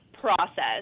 process